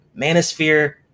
manosphere